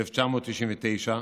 1999,